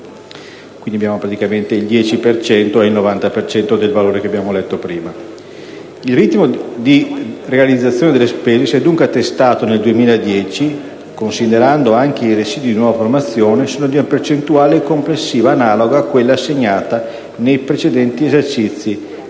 Quindi abbiamo praticamente il 10 per cento e il 90 per cento del valore che ho letto poc'anzi. Il ritmo di realizzazione delle spese si è dunque attestato nel 2010 -considerando anche i residui di nuova formazione - su di una percentuale complessiva analoga a quella segnata nei precedenti esercizi